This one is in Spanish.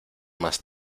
más